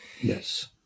Yes